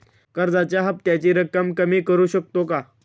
कर्जाच्या हफ्त्याची रक्कम कमी करू शकतो का?